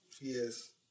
Yes